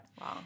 Wow